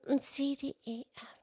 C-D-E-F